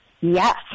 Yes